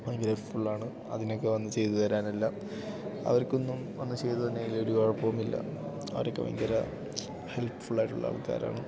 ഭയങ്കര ഹെപ്ഫുൾ ആണ് അതിനൊക്കെ വന്നു ചെയ്തു തരാനെല്ലാം അവർക്കൊന്നും വന്നു ചെയ്തു തരാനാണെങ്കിൽ ഒരു കുഴപ്പവും ഇല്ല അവരൊക്കെ ഭയങ്കര ഹെല്പ്ഫുൾ ആയിട്ടുള്ള ആൾക്കാരാണ്